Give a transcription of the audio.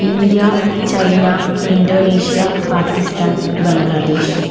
India China Indonesia Pakistan Bangladesh